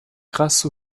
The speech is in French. grâce